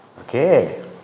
Okay